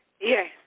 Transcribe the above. Yes